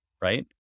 right